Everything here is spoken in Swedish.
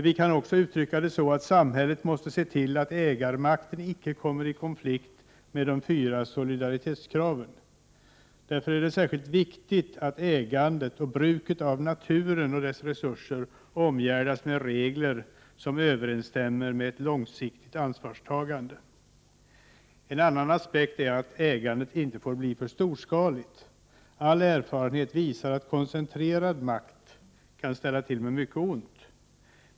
Vi kan också uttrycka det så att samhället måste se till att ägarmakten inte kommer i konflikt med de fyra solidaritetskraven. Därför är det särskilt viktigt att ägandet och bruket av naturen och dess resurser omgärdas med regler som överensstämmer med ett långsiktigt ansvarstagande. En annan aspekt är att ägandet inte får bli för storskaligt. All erfarenhet visar att koncentrerad makt kan ställa till med mycket ont.